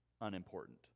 unimportant